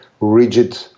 rigid